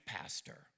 pastor